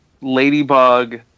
Ladybug